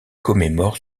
commémore